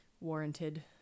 Warranted